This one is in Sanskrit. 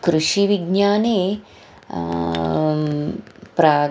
कृषिविज्ञाने प्राक्